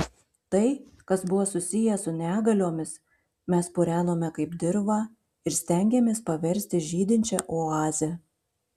tai kas buvo susiję su negaliomis mes purenome kaip dirvą ir stengėmės paversti žydinčia oaze